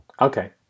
Okay